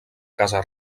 casa